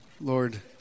Lord